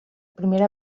primera